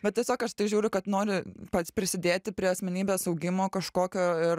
bet tiesiog aš tai žiūriu kad nori pats prisidėti prie asmenybės augimo kažkokio ir